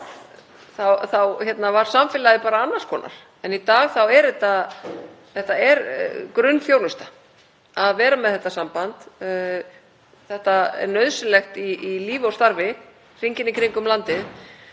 þá var samfélagið bara annars konar. En í dag er grunnþjónusta að vera með þetta samband, það er nauðsynlegt í lífi og starfi hringinn í kringum landið.